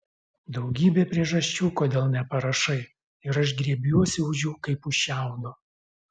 daugybė priežasčių kodėl neparašai ir aš griebiuosi už jų kaip už šiaudo